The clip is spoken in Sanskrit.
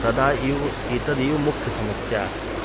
तदा एव एतदेव मुख्या समस्या अस्ति